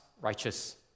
righteous